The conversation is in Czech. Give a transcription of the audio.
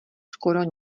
skoro